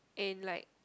in like